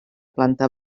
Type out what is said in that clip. planta